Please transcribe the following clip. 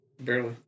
barely